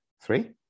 Three